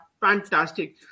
fantastic